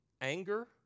anger